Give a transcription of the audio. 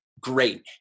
great